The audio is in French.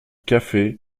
café